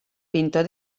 pintor